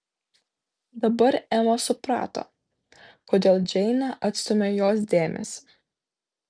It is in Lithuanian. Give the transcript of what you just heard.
dabar ema suprato kodėl džeinė atstūmė jos dėmesį